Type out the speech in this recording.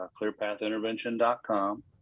clearpathintervention.com